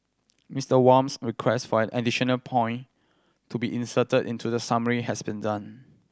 Mister Wham's request for an additional point to be inserted into the summary has been done